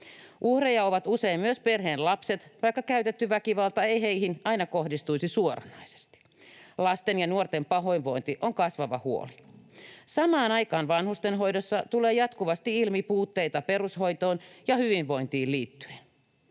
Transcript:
Uhreja ovat usein myös perheen lapset, vaikka käytetty väkivalta ei heihin aina kohdistuisi suoranaisesti. Lasten ja nuorten pahoinvointi on kasvava huoli. Samaan aikaan vanhustenhoidossa tulee jatkuvasti ilmi puutteita perushoitoon ja hyvinvointiin liittyen.